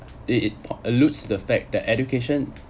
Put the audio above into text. it it alludes to the fact that education